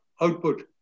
Output